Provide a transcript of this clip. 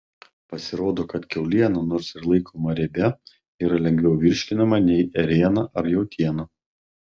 pasirodo kad kiauliena nors ir laikoma riebia yra lengviau virškinama nei ėriena ar jautiena